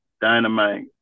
dynamite